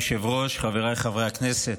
אדוני היושב-ראש, חבריי חברי הכנסת,